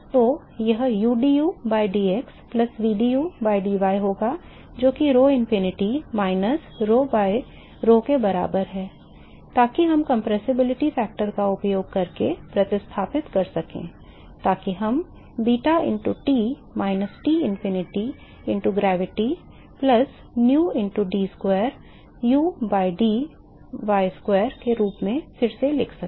तो यह udu by dx plus vdu by dy होगा जो कि rho infinity minus rho by rho के बराबर है ताकि हम कंप्रेसिबिलिटी फैक्टर का उपयोग करके प्रतिस्थापित कर सकें ताकि हम beta into T minus Tinfinity into gravity plus nu into d square u by d y square के रूप में फिर से लिख सकें